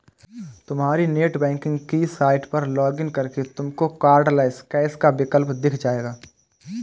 तुम्हारी नेटबैंकिंग की साइट पर लॉग इन करके तुमको कार्डलैस कैश का विकल्प दिख जाएगा